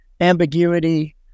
ambiguity